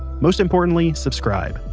most importantly, subscribe.